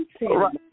Right